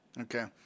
Okay